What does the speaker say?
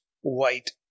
white